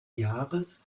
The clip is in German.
jahres